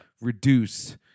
reduce